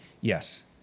yes